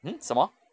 hmm 什么